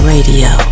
Radio